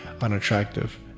unattractive